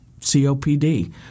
COPD